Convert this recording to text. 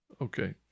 Okay